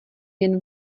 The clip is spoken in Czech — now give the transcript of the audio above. jen